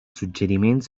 suggeriments